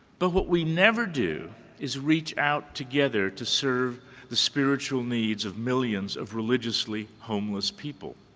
but what we never do is reach out together to serve the spiritual needs of millions of religiously homeless people.